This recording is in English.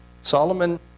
Solomon